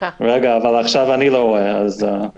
150,000, ובשבוע 31 היינו באזור 72,000.